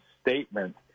statement